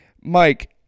Mike